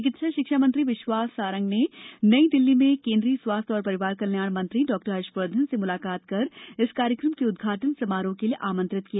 चिकित्सा शिक्षा मंत्री विश्वास कैलाश सारंग ने नई दिल्ली में केन्द्रीय स्वास्थ्य एवं परिवार कल्याण मंत्री डॉ हर्षवर्धन से म्लाकात इस कार्यक्रम के उद्घाटन समारोह के लिए आमंत्रित किया